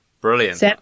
Brilliant